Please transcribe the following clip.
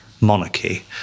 monarchy